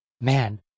Man